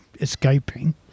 escaping